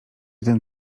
ten